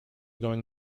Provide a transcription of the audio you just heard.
going